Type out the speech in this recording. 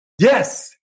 Yes